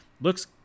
looks